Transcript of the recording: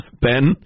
Ben